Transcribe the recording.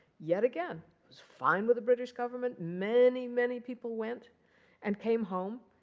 yet again, it was fine with the british government. many, many people went and came home,